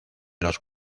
los